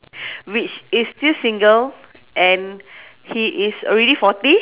which is still single and he is already forty